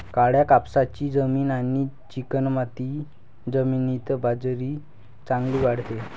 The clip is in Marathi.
काळ्या कापसाची जमीन आणि चिकणमाती जमिनीत बाजरी चांगली वाढते